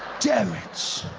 dammit!